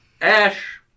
Ash